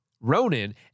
Ronan